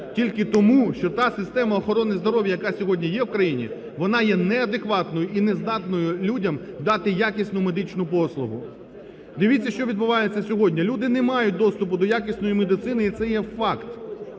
тільки тому, що та система охорони здоров'я, яка сьогодні є в країні, вона є неадекватною і нездатною людям дати якісну медичну послугу. Дивіться, що відбувається сьогодні. Люди не мають доступу до якісної медицини, і це є факт.